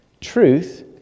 Truth